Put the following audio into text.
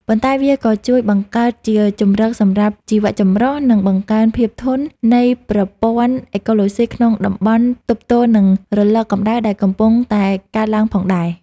ប៉ុន្តែវាក៏ជួយបង្កើតជាជម្រកសម្រាប់ជីវចម្រុះ និងបង្កើនភាពធន់នៃប្រព័ន្ធអេកូឡូស៊ីក្នុងតំបន់ទប់ទល់នឹងរលកកម្ដៅដែលកំពុងតែកើនឡើងផងដែរ។